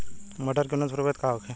मटर के उन्नत प्रभेद का होखे?